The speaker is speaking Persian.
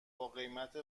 باقیمت